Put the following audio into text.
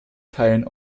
teilen